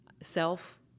self